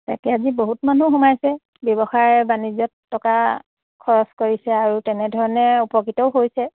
তাকে আজি বহুত মানুহ সোমাইছে ব্যৱসায় বাণিজ্যত টকা খৰচ কৰিছে আৰু তেনেধৰণে উপকৃতও হৈছে